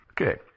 Okay